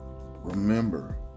remember